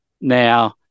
Now